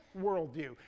worldview